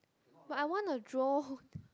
but I want a drone